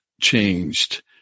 changed